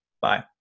Bye